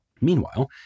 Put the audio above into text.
Meanwhile